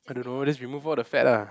I don't know just remove all the fat ah